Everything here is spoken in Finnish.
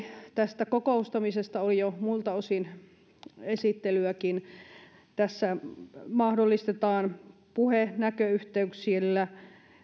tästä kokoustamisesta oli jo muilta osin esittelyäkin tässä mahdollistetaan puhe tai näköyhteyksillä